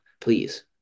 please